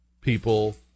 people